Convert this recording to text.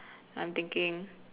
I'm thinking